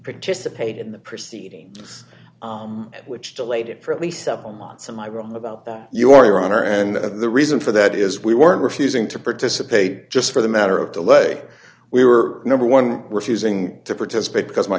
participate in the proceeding at which delayed it for at least seven months in my room about that your honor and that the reason for that is we weren't refusing to participate just for the matter of the lay we were number one refusing to participate because my